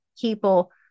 people